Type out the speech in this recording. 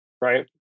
Right